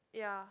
yeah